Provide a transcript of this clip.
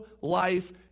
life